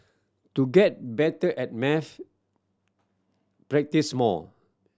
to get better at maths practise more